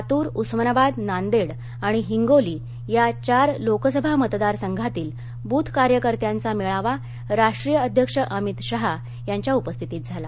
लातूर उस्मानाबाद नांदेड आणि हिंगोली या चार लोकसभा मतदार संघातील बुथ कार्यकर्त्यांचा मेळावा राष्ट्रीय अध्यक्ष अमित शहा यांच्या उपस्थितीत झाला